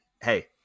hey